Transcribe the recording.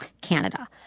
Canada